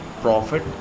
profit